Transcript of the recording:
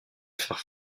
faire